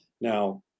Now